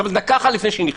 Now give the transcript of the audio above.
אבל דקה אחת לפני שהיא נכנסת,